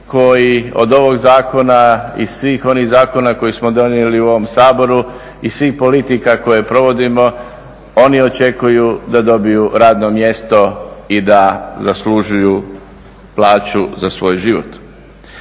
koji od ovog zakona i svih onih zakona koje smo donijeli u ovom Saboru i svih politika koje provodimo oni očekuju da dobiju radno mjesto i da zaslužuju plaću za svoj život.